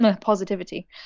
positivity